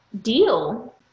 deal